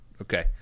Okay